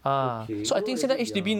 okay no as in ya